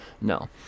No